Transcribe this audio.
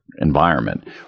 environment